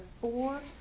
four